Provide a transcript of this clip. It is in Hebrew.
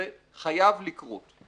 זה חייב לקרות.